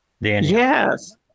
Yes